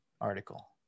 article